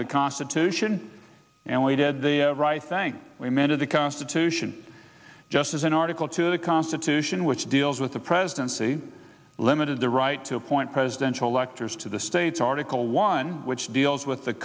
of the constitution and we did the right thing we meant a constitution just as in article two of the constitution which deals with the presidency limited the right to appoint presidential electors to the states article one which deals with the